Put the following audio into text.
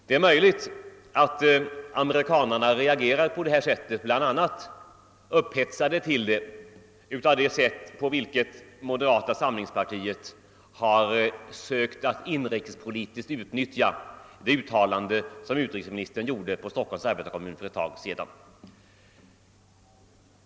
Det är möjligt att amerikanerna reagerar på detta vis upphetsade till det bl.a. av det sätt på vilket moderata samlingspartiet har sökt att inrikespolitiskt utnyttja det uttalande som utrikesministern gjorde inför Stockholms arbetarekommun för en tid sedan.